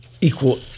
equal